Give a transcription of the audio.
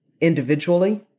individually